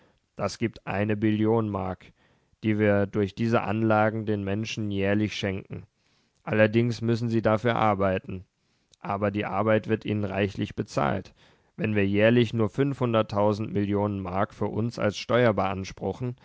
das gibt eine billion mark die wir durch diese anlagen den menschen jährlich schenken allerdings müssen sie dafür arbeiten aber die arbeit wird ihnen reichlich bezahlt wenn wir jährlich nur fünfhundert millionen mark für uns als steuer beanspruchen